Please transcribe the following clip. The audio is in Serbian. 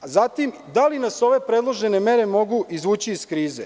Da li nas ove predložene mere mogu izvući iz krize?